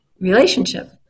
relationship